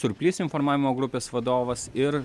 surplys informavimo grupės vadovas ir